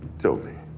tell me